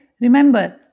Remember